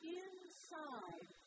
inside